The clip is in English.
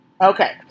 Okay